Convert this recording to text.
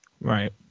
Right